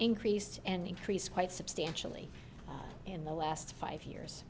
increased and increased quite substantially in the last five years